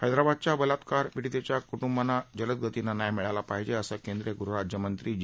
हैदराबादच्या बलात्कार पीठीतच्या कुटुंबाना जलद गतीनं न्याय मिळायला पाहिजञिसं केंद्रीय गृहराज्यमंत्री जी